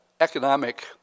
economic